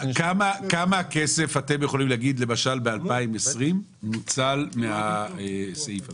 כמה כסף אתם יכולים להגיד למשל ב-2020 נוצל מהסעיף הזה?